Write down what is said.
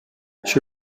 she